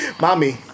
mommy